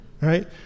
right